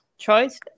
choice